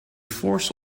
force